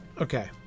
okay